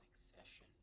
session,